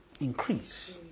increase